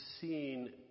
seen